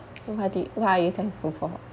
what do y~ what are you thankful for